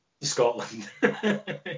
Scotland